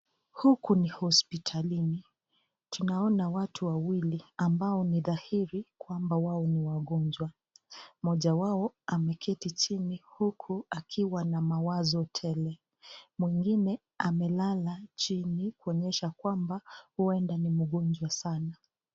Huku ni hospitalini, tunaona watu wawili ambao ni dhahiri kwamba wao ni wagonjwa. Moja wao ameketi chini, huku akiwa na mawazo tele. Mwingine amelala chini, kuonyesha kwamba huenda ni mgonjwa sana.